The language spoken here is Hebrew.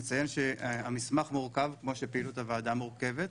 נציין שהמסמך מורכב כמו שפעילות הוועדה מורכבת,